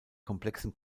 komplexen